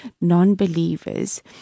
non-believers